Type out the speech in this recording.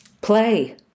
play